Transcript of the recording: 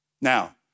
Now